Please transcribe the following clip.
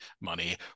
money